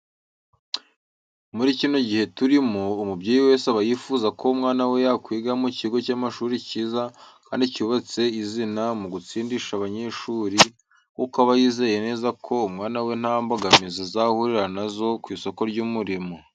Muri kino gihe turimo, umubyeyi wese aba yifuza ko umwana we yakwiga mu kigo cy'amashuri cyiza kandi cyubatse izina mu gutsindisha abanyeshuri, kuko aba yizeye neza ko umwana we nta mbogamizi azahurira na zo ku isoko ry'umurimo.